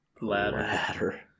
ladder